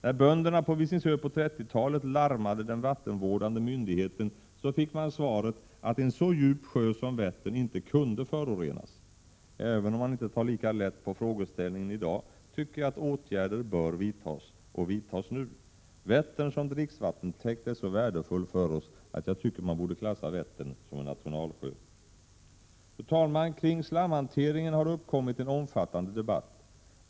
När bönderna på Visingsö på 30-talet larmade den vattenvårdande myndigheten, fick de svaret att en så djup sjö som Vättern inte kunde förorenas. Även om det inte tas lika lätt på frågeställningen i dag, tycker jag att åtgärder bör vidtas nu. Vättern som dricksvattentäkt är så värdefull för oss att jag tycker att Vättern borde klassas som en nationalsjö. Fru talman! Kring slamhanteringen har det uppkommit en omfattande debatt.